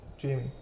Jamie